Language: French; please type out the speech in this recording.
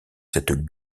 cette